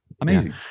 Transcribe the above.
Amazing